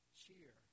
cheer